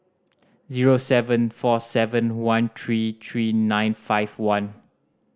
zero seven four seven one three three nine five one